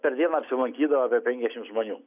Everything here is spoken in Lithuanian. per dieną apsilankydavo apie penkiasdešimt žmonių